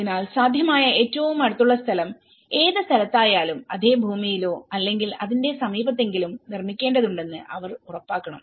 അതിനാൽ സാധ്യമായ ഏറ്റവും അടുത്തുള്ള സ്ഥലം ഏത് സ്ഥലത്തായാലും അതേ ഭൂമിയിലോ അല്ലെങ്കിൽ അതിന്റെ സമീപത്തെങ്കിലും നിർമ്മിക്കേണ്ടതുണ്ടെന്ന് അവർ ഉറപ്പാക്കണം